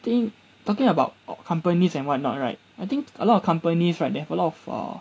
think talking about uh companies and what not right I think a lot of companies right they have a lot of err